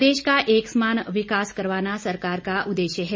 प्रदेश का एक समान विकास करवाना सरकार का उद्देश्य है